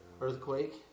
Earthquake